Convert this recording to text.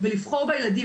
ולבחור בילדים,